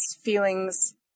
feelings